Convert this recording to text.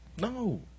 No